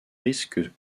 risque